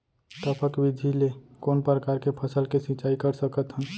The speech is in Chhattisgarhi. टपक विधि ले कोन परकार के फसल के सिंचाई कर सकत हन?